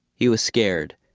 he was scared.